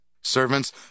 Servants